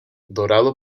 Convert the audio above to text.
dorado